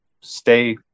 stay